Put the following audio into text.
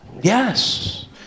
Yes